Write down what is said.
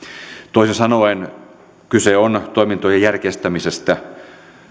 toisin sanoen kyse on toimintojen järkeistämisestä